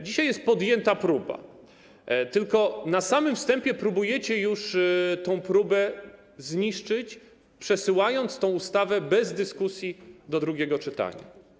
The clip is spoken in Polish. Dzisiaj została podjęta próba, tylko na samym wstępie próbujecie już tę próbę zniszczyć, przesyłając tę ustawę bez dyskusji do drugiego czytania.